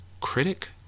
Critic